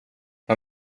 jag